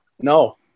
no